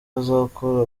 bazakora